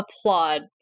applaud